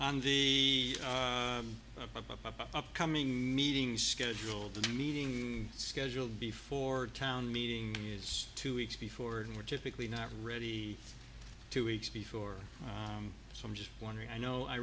the upcoming meeting scheduled a meeting scheduled before town meeting is two weeks before and we're typically not ready to weeks before so i'm just wondering i know i